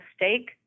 mistake